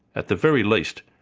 at the very least,